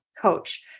coach